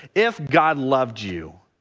if god loved you,